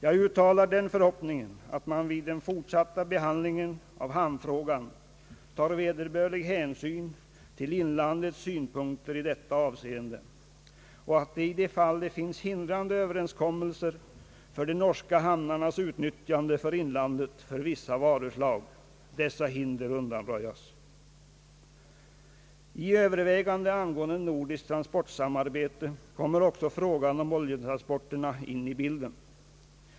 Jag uttalar den förhoppningen att man vid den fortsatta behandlingen av hamnfrågan tar vederbörlig hänsyn till inlandets synpunkter i detta avseende och att i det fall det finns hindrande överenskommelser för de norska hamnarnas utnyttjande för inlandet för vissa varuslag dessa hinder undanröjs. transportsamarbete kommer också frågan om oljetransporterna in i bilden.